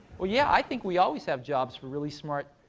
well yeah, i think we always have jobs for really smart,